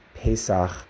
Pesach